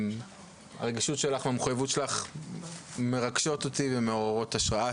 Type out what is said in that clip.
הרגישות שלך והמחויבות שלך מרגשות אותי ומעוררות השראה,